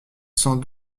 sans